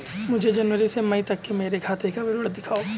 मुझे जनवरी से मई तक मेरे खाते का विवरण दिखाओ?